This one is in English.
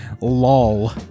LOL